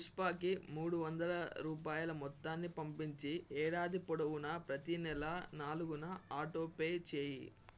పుష్పకి మూడు వందల రూపాయల మొత్తాన్ని పంపించి ఏడాది పొడవునా ప్రతీ నెల నాలుగున ఆటోపే చేయి